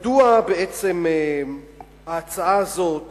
מדוע בעצם ההצעה הזאת